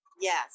Yes